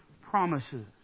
promises